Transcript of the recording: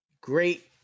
Great